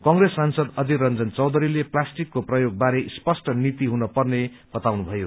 कंग्रेस सांसद अधिर रंजन चौधरीले प्लास्टिकको प्रयोग गारे स्पष्ट नीति हुनु पर्ने बताउनुभयो